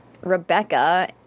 Rebecca